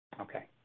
Okay